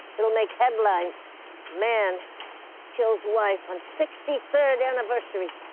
it'll make headlines man kills wife on sixty third anniversary,